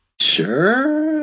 Sure